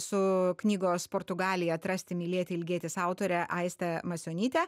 su knygos portugalija atrasti mylėti ilgėtis autore aiste masionyte